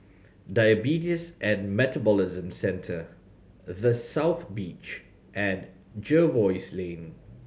Diabetes and Metabolism Centre The South Beach and Jervois Lane